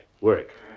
Work